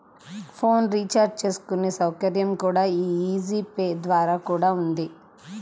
phone recharge చేసుకునే సౌకర్యం కూడా యీ జీ పే ద్వారా కూడా ఉంది